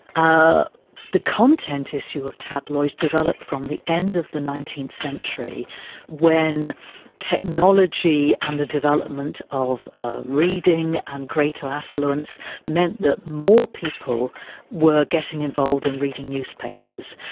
ah the content issue of tabloids developed from the end of the nineteenth century when technology and the development of ah reading and greater affluence meant that more people were getting involved in reading newspapers,